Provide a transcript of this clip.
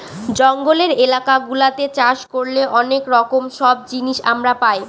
জঙ্গলের এলাকা গুলাতে চাষ করলে অনেক রকম সব জিনিস আমরা পাই